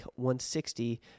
160